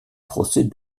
procès